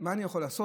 מה אני יכול לעשות,